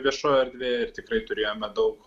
viešoje erdvėje ir tikrai turėjome daug